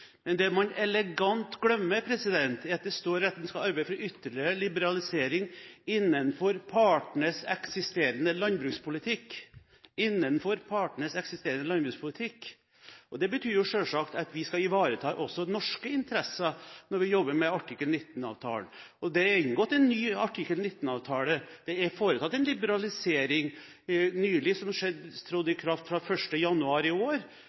en ytterligere liberalisering innenfor partenes eksisterende landbrukspolitikk, «partenes eksisterende landbrukspolitikk». Det betyr selvsagt at vi skal ivareta også norske interesser når vi jobber med artikkel 19-avtalen. Det er inngått en ny artikkel 19-avtale. Det er nylig foretatt en liberalisering som trådte i kraft 1. januar i år.